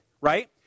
right